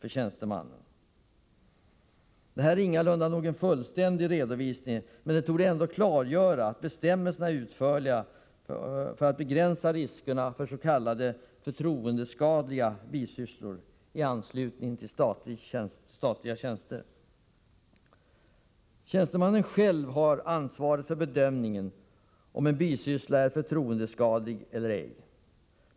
i Det här är ingalunda någon fullständig redovisning, men det torde ändå klargöra att bestämmelserna är utförliga när det gäller att begränsa riskerna med s.k. förtroendeskadliga bisysslor i anslutning till statliga tjänster. Tjänstemannen själv har ansvaret för bedömningen av om en bisyssla är förtroendeskadlig eller ej.